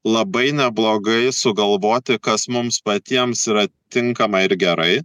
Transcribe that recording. labai neblogai sugalvoti kas mums patiems yra tinkama ir gerai